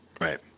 Right